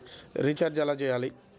Recharge ఎలా చెయ్యాలి?